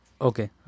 Okay